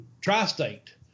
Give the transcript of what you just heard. Tri-State